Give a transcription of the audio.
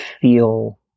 feel